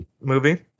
movie